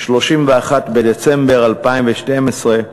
31 בדצמבר 2012,